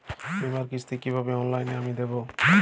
বীমার কিস্তি কিভাবে অনলাইনে আমি দেবো?